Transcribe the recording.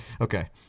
Okay